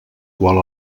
qual